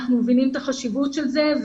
אנחנו מבינים את החשיבות של זה.